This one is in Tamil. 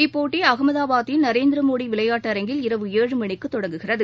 இப்போட்டிஅஹமதாபாதின் நரேந்திரமோடிவிளையாட்டு அரங்கில் இரவு ஏழு மணிக்குத் தொடங்குகிறது